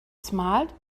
smiled